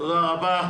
תודה רבה.